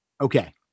Okay